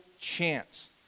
chance